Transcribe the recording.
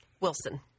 Wilson